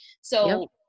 So-